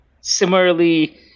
similarly